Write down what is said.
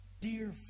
dear